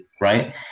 right